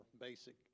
basic